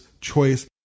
choice